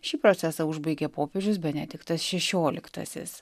šį procesą užbaigė popiežius benediktas šešioliktasis